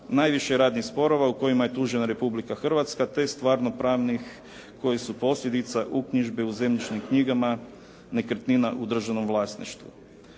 Najviše je radnih sporova u kojima je tužena Republika Hrvatska te stvarno pravnih koji su posljedica uknjižbe u zemljišnim knjigama nekretnina u državnom vlasništvu.